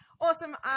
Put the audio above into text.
Awesome